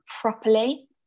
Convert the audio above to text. properly